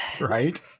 Right